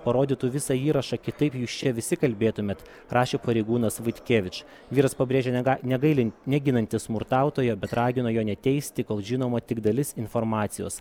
parodytų visą įrašą kitaip jūs čia visi kalbėtumėt rašė pareigūnas vaitkevič vyras pabrėžė nega negailin neginantis smurtautojo bet ragino jo neteisti kol žinoma tik dalis informacijos